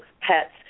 pets